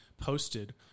posted